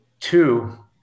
two